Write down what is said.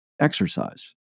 exercise